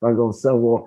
pagal savo